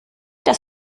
das